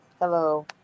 Hello